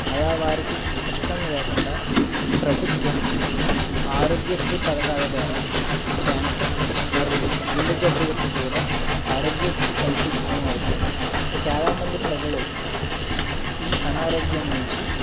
అలా వారికి కష్టం లేకుండా ప్రభుత్వం ఆరోగ్యశ్రీ పథకాల ద్వారా క్యాన్సర్ మరియు గుండె జబ్బులకు కూడా ఆరోగ్యశ్రీ కల్పితమవుతే చాలా మంది ప్రజలు ఈ అనారోగ్యం నుంచి